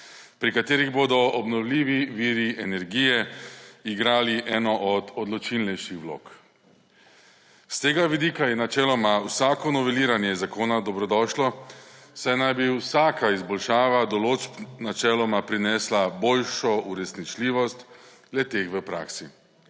pri katerih bodo obnovljivi viri energije igrali eno od odločilnejših vlog. S tega vidika je načeloma vsako noveliranje zakona dobrodošlo, saj naj bi vsaka izboljšava določb načeloma prinesla boljšo uresničljivost le-te v praksi.